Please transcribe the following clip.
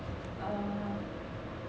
err